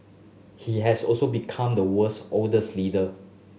he has also become the world's oldest leader